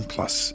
Plus